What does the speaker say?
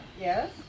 yes